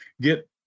get